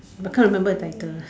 but can't remember the title